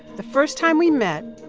the first time we met,